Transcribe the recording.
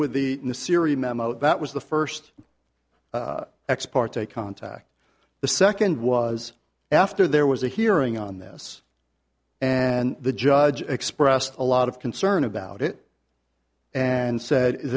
with the in the sciri memo that was the first ex parte contact the second was after there was a hearing on this and the judge expressed a lot of concern about it and said